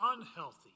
unhealthy